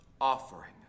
offering